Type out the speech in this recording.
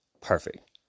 perfect